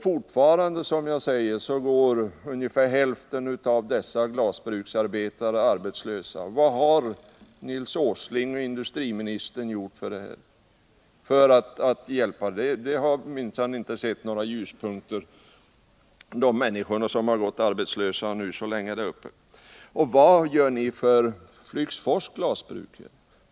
Fortfarande går ungefär hälften av dessa glasbruksarbetare arbetslösa. Vad har Nils Åsling som industriminister gjort för att hjälpa dem? De som nu gått arbetslösa där uppe så länge har minsann inte sett några ljuspunkter. Och vad gör ni för Flygsfors glasbruk?